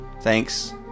Thanks